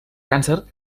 càncer